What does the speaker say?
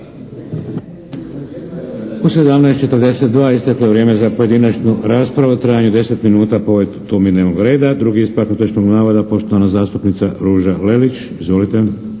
U 17,42 isteklo je vrijeme za pojedinačnu raspravu u trajanju od 10 minuta po ovoj temi dnevnog reda. Drugi ispravak netočnog navoda, poštovana zastupnica Ruža Lelić. Izvolite.